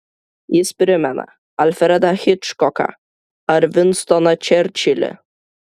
jis primena alfredą hičkoką ar vinstoną čerčilį